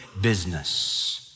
business